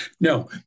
No